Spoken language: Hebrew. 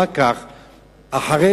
אחרי